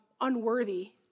unworthy